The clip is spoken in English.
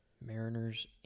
Mariners